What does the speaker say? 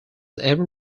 ever